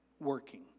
working